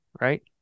Right